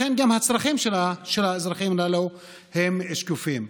לכן גם הצרכים של האזרחים הללו הם שקופים.